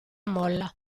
molla